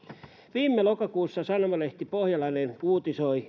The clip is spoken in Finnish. viime lokakuussa sanomalehti pohjalainen uutisoi